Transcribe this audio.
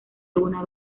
alguna